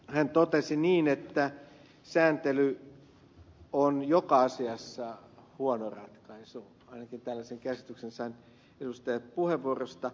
hän totesi niin että sääntely on joka asiassa huono ratkaisu ainakin tällaisen käsityksen sain edustajan puheenvuorosta